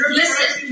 listen